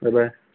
bye bye